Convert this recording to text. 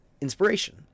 inspiration